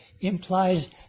implies